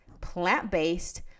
plant-based